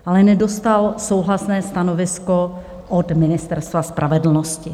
Ale nedostal souhlasné stanovisko od Ministerstva spravedlnosti.